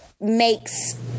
makes